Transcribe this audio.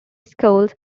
schools